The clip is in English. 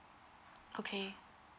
okay